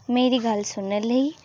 मेरी गल्ल सुनने लेई